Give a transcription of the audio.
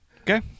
Okay